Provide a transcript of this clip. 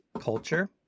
culture